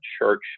church